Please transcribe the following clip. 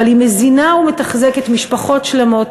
אבל היא מזינה ומתחזקת משפחות שלמות,